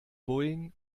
boeing